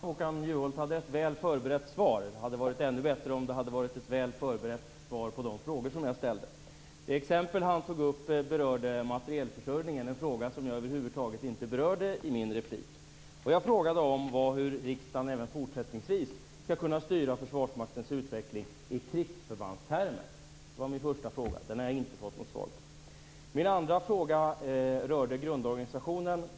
Fru talman! Håkan Juholt hade ett väl förberett svar. Det hade varit ännu bättre om det hade varit ett väl förberett svar på de frågor som jag ställde. Det exempel han tog upp berörde materielförsörjningen. Det var en fråga som jag över huvud taget inte berörde i min replik. Vad jag frågade om var hur riksdagen även fortsättningsvis skall styra Försvarsmaktens utveckling i krigsförbandstermer. Det var min första fråga. Den har jag inte fått något svar på. Min andra fråga rörde grundorganisationen.